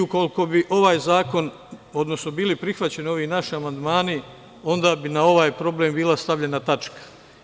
Ukoliko bi bili prihvaćeni ovi naši amandmani, onda bi na ovaj problem bila stavljena tačka.